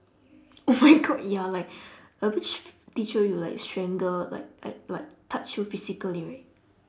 oh my god ya like uh which teacher you like strangle like like like touch you physically right